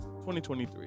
2023